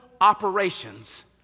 operations